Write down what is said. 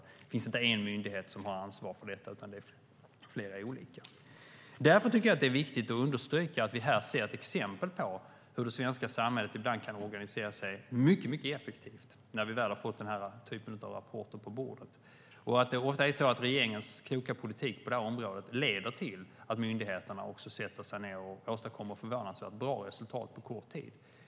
Det är inte en myndighet som har ansvar för detta, utan flera olika. Därför tycker jag att det är viktigt att understryka att vi här ser ett exempel på hur det svenska samhället ibland kan organisera sig mycket effektivt när vi väl har fått den här typen av rapporter på bordet. Ofta är det så att regeringens kloka politik på området leder till att myndigheter sätter sig ned och åstadkommer förvånansvärt bra resultat på kort tid.